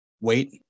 wait